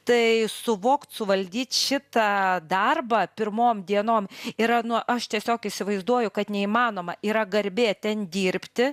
tai suvokt suvaldyt šitą darbą pirmom dienom yra nu aš tiesiog įsivaizduoju kad neįmanoma yra garbė ten dirbti